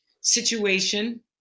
situation